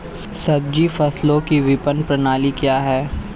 सब्जी फसलों की विपणन प्रणाली क्या है?